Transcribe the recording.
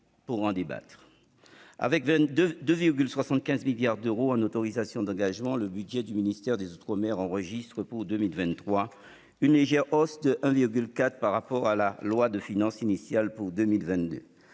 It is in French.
de ces crédits. Avec 2,75 milliards d'euros en autorisations d'engagement, le budget du ministère des outre-mer enregistre pour 2023 une légère hausse, de 1,7 %, par rapport à la loi de finances initiale pour 2022.